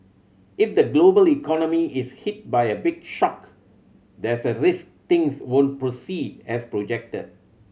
if the global economy is hit by a big shock there's a risk things won't proceed as projected